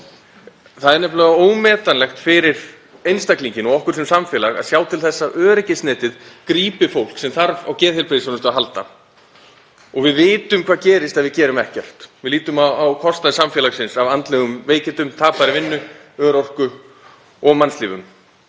Það er nefnilega ómetanlegt fyrir einstaklinginn og okkur sem samfélag að sjá til þess að öryggisnetið grípi fólk sem þarf á geðheilbrigðisþjónustu að halda. Við vitum hvað gerist ef við gerum ekkert. Við lítum á kostnað samfélagsins af andlegum veikindum, tapaðri vinnu, örorku og mannslífum.